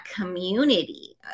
community